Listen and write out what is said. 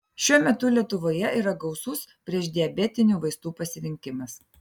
šiuo metu lietuvoje yra gausus priešdiabetinių vaistų pasirinkimas